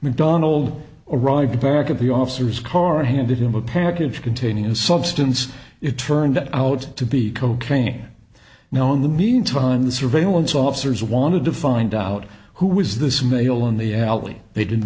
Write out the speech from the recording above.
macdonald arrived back at the officers car handed him a pair containing a substance it turned out to be cocaine now in the meantime the surveillance officers wanted to find out who was this male in the alley they didn't